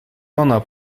ona